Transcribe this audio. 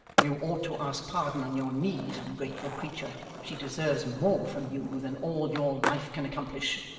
you ought to ask pardon on your knees, ungrateful creature she deserves more from you than all your life can accomplish.